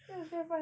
that was very fun